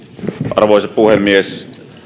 arvoisa puhemies